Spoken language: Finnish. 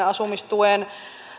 asumistuen ja